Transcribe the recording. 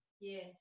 Yes